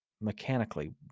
mechanically